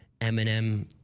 Eminem